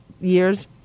years